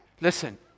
Listen